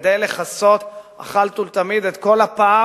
כדי לכסות אחת ולתמיד את כל הפער